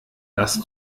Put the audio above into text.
das